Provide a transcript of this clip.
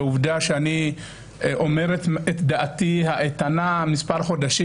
ועובדה שאני אומר את דעתי האיתנה מספר חודשים,